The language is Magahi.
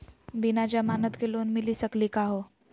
बिना जमानत के लोन मिली सकली का हो?